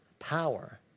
power